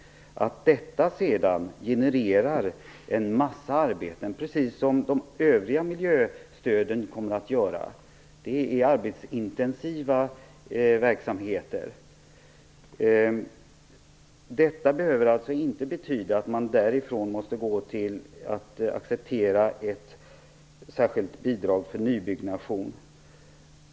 Att detta sedan genererar en massa arbeten, precis som de övriga miljöstöden kommer att göra eftersom de är arbetsinteniva verksamheter, behöver inte betyda att man därefter måste acceptera ett särskilt bidrag för nybyggnation.